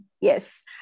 Yes